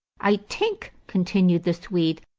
i tink, continued the swede,